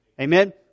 Amen